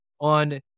on